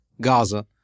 gaza